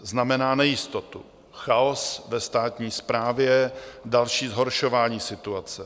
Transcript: Znamená nejistotu, chaos ve státní správě, další zhoršování situace.